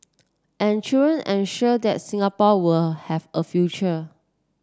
and children ensure that Singapore were have a future